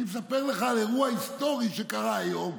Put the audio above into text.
אני מספר לך על אירוע היסטורי שקרה היום.